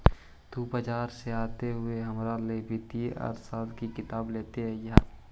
तु बाजार से आते हुए हमारा ला वित्तीय अर्थशास्त्र की किताब लेते अइहे